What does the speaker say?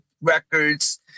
records